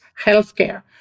healthcare